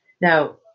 Now